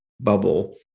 bubble